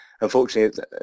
unfortunately